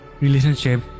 relationship